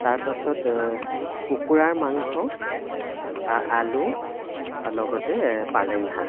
তাৰপাছত কুকুৰাৰ মাংস আলু লগতে পালেঙ শাক